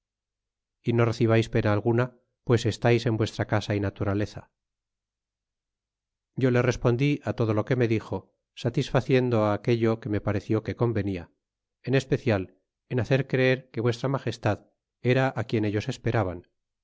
é no recibais pena alguna pues estais en vuesira casa y naturaleza yo le respondí todo lo que inc dixo satisfaciendo aque do que me pareció que convenia en especial en hacer creer que vuestra magestad era quien ellos esperaban